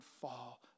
fall